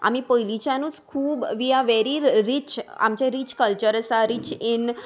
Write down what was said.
आमी पयलींच्यानूच खूब वी आर वेरी रीच आमचें रीच कल्चर आसा रीच इन